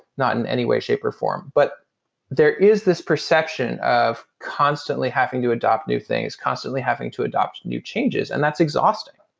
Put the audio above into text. not in any way, shape or form but there is this perception of constantly having to adopt new things, constantly having to adopt new changes and that's exhausting.